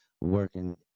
working